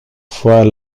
fois